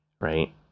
right